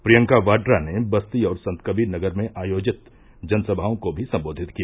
प्रियंका वाड़ा ने बस्ती और संतकबीरनगर में आयोजित जनसभाओं को भी सम्बोधित किया